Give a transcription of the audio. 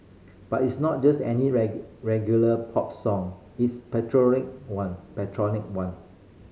but it's not just any regular pop song is patriotic one patriotic one